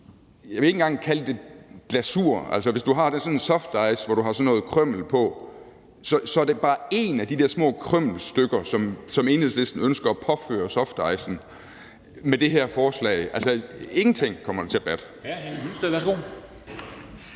jeg vil ikke engang kalde det glasur. Altså, hvis du har en softice, som du har sådan noget krymmel på, så er det bare en af de der små krymmelstykker, som Enhedslisten ønsker at påføre softicen med det her forslag. Altså, ingenting kommer det til at batte.